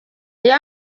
iyo